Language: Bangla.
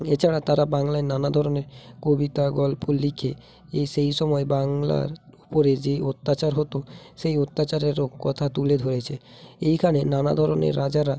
এছাড়া তারা বাংলায় নানা ধরনের কবিতা গল্প লিখে এই সেই সময় বাংলার উপরে যে অত্যাচার হতো সেই অত্যাচারেরও কথা তুলে ধরেছে এইখানে নানা ধরনের রাজারা